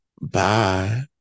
Bye